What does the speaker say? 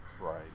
Right